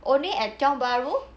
only at tiong bahru